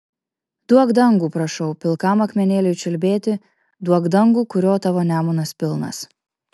duok dangų prašau pilkam akmenėliui čiulbėti duok dangų kurio tavo nemunas pilnas